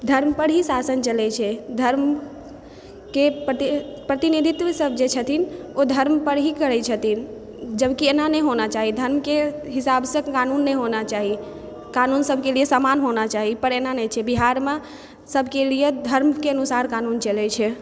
धर्म पर ही शाशन चलै छै धर्म के प्रति प्रतिनिधित्व सब जे छथिन ओ धर्म पर ही करै छथिन जबकि एना नहि होना चाही धर्म के हिसाब से प्लानिंग नहि होना चाही क़ानून सबके लिए समान होना चाही पर एना नहि छै बिहारमे सबके लिए धर्म के अनुसार क़ानून चलै छै